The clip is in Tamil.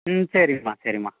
ம் சரிம்மா சரிம்மா